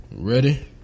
ready